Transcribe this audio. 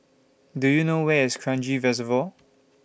Do YOU know Where IS Kranji Reservoir